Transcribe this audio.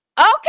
okay